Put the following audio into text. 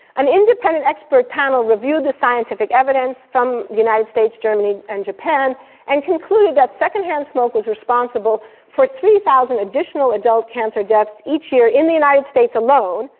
an independent expert panel reviewed the scientific evidence from the united states, germany and japan and concluded that second-hand smoke was responsible for three thousand additional adult cancer deaths each year in the united states alone,